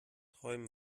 träum